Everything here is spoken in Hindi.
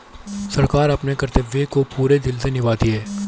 सरकार अपने कर्तव्य को पूरे दिल से निभाती है